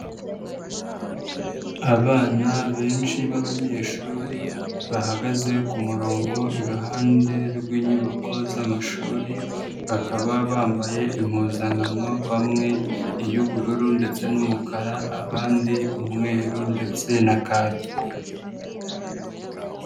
Abana benshi b'abanyeshuri bahagaze ku murongo iruhande rw'inyubako z'amashuri, bakaba bambaye impuzankano bamwe iy'ubururu ndetse n'umukara abandi umweru ndetse na kake.